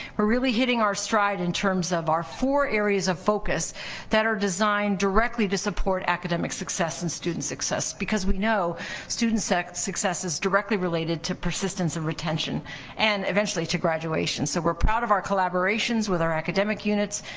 we're really hitting our stride, in terms of our four areas of focus that are designed directly to support academic success and student success, because we know student success is directly related to persistence of retention and eventually to graduation. so we're proud of our collaborations with our academic units,